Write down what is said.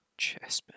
Chespin